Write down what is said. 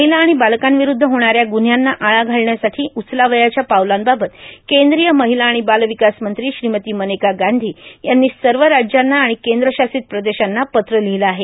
महिला आणि बालकांविरुद्ध होणाऱ्या गुव्ह्यांना आळा घालण्यासाठी उचलावयाच्या पावलांबाबत केंद्रीय महिला आणि बालविकास मंत्री श्रीमती मनेका गांधी यांनी सर्व राज्यांना आणि केंद्रशासित प्रदेशांना पत्र लिहिलं आहे